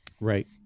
Right